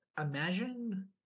imagine